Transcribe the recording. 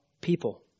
people